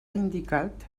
indicat